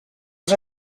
els